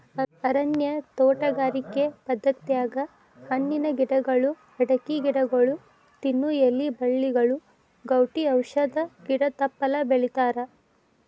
ಅರಣ್ಯ ತೋಟಗಾರಿಕೆ ಪದ್ಧತ್ಯಾಗ ಹಣ್ಣಿನ ಗಿಡಗಳು, ಅಡಕಿ ಗಿಡಗೊಳ, ತಿನ್ನು ಎಲಿ ಬಳ್ಳಿಗಳು, ಗೌಟಿ ಔಷಧ ಗಿಡ ತಪ್ಪಲ ಬೆಳಿತಾರಾ